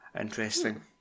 Interesting